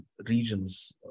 regions